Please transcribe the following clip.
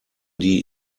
die